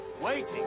waiting